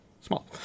small